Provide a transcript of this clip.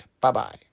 Bye-bye